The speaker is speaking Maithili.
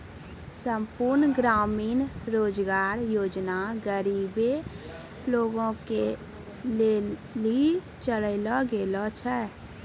संपूर्ण ग्रामीण रोजगार योजना गरीबे लोगो के लेली चलैलो गेलो छै